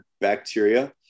bacteria